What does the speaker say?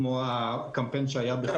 כמו הקמפיין שהיה בחו"ל,